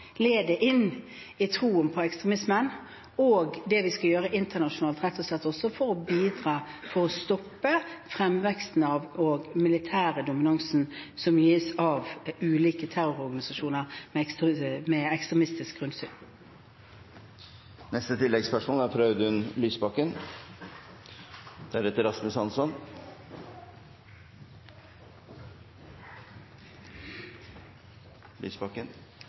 inn i troen på ekstremismen. Det skal vi gjøre internasjonalt også, rett og slett for å bidra til å stoppe fremveksten av dette og den militære dominansen som gis av ulike terrororganisasjoner med ekstremistisk grunnsyn. Audun Lysbakken – til oppfølgingsspørsmål. Det er